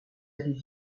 allez